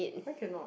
why cannot